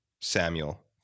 Samuel